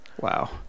Wow